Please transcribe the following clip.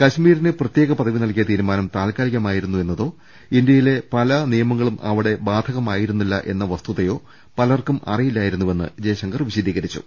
കശ്മീരിന് പ്രത്യേക പദവി നൽകിയ തീരുമാനം താൽകാലി മായിരുന്നു എന്നതോ ഇന്ത്യയിലെ പല നിയമങ്ങളും അവിടെ ബാധകമായിരുന്നില്ല എന്ന വസ്തുതയോ പലർക്കും അറിയില്ലായിരുന്നുവെന്ന് ജയശങ്കർ വിശദീ കരിച്ചു